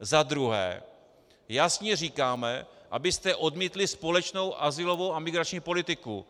Za druhé, jasně říkáme, abyste odmítli společnou azylovou a migrační politiku.